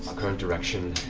current direction,